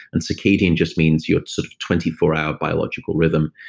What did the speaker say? and circadian just means your sort of twenty four hour biological rhythm.